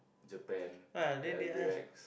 Japan the Albirex